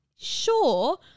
Sure